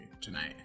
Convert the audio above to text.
tonight